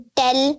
tell